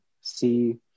see